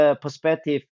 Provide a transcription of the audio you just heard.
perspective